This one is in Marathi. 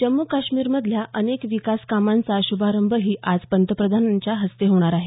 जम्मू काश्मीरमधल्या अनेक विकास कामांचा श्भारंभही आज पंतप्रधानांच्या हस्ते होणार आहे